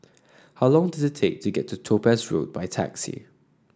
how long does it take to get to Topaz Road by taxi